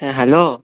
হ্যাঁ হ্যালো